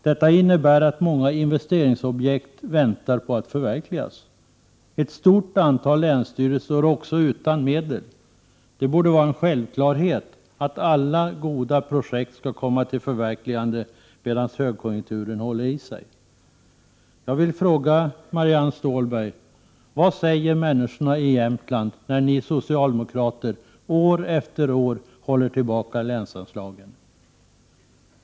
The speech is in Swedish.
Detta innebär att många investeringsobjekt väntar på att förverkligas. Ett stort antal länsstyrelser står också utan medel. Det borde vara en självklarhet att alla goda projekt skall komma till förverkligande medan högkonjunkturen håller i sig. Jag vill fråga Marianne Stålberg: Vad säger människorna i Jämtland när ni socialdemokrater år efter år håller tillbaka länsanslagen?